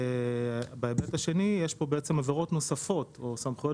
בהיבט השני יש פה עבירות נוספות או סמכויות